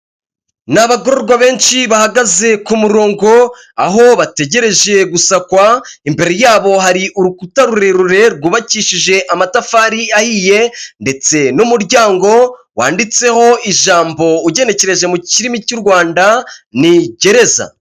Ni abagororwa benshi bahagaze ku murongo aho bategereje gusakwa imbere yabo hari urukuta rurerure rwubakishije amatafari ahiye ndetse n'umuryango wanditseho ijambo ugenekereje mu kirimi cy'u Rwanda ni gereza.